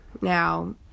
now